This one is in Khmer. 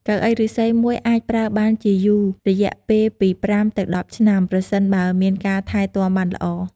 កៅអីឫស្សីមួយអាចប្រើបានជាយូររយៈពេលពី ៥ ដល់ ១០ ឆ្នាំ ប្រសិនបើមានការថែទាំបានល្អ។